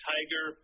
Tiger